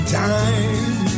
time